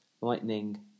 Lightning